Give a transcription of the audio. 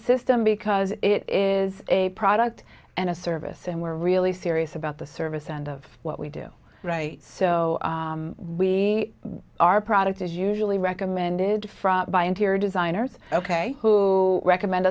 system because it is a product and a service and we are really serious about the service and of what we do so we are product is usually recommended from by interior designers ok who recommend